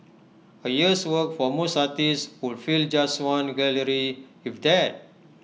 A year's work for most artists would fill just one gallery if that